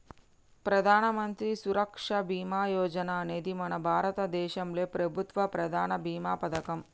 ప్రధానమంత్రి సురక్ష బీమా యోజన అనేది మన భారతదేశంలో ప్రభుత్వ ప్రధాన భీమా పథకం